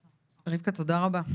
כן, רבקה תודה רבה.